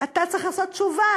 אתה צריך לעשות תשובה,